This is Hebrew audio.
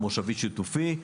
מושבי שיתופי,